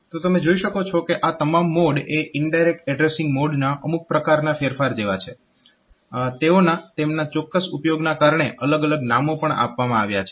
તો તમે જોઈ શકો છો કે આ તમામ મોડ એ ઈનડાયરેક્ટ એડ્રેસીંગ મોડના અમુક પ્રકારના ફેરફાર જેવા છે તેઓના તેમના ચોક્કસ ઉપયોગના કારણે અલગ અલગ નામો પણ આપવામાં આવ્યા છે